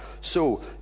So